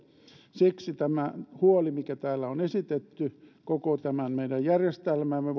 siksi tämä huoli mikä täällä on esitetty koko meidän järjestelmämme